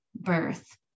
birth